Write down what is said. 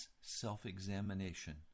self-examination